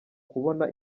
kubona